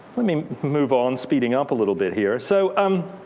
let me move on. speeding up a little bit here. so um